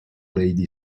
lady